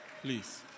please